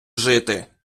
жити